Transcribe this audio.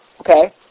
Okay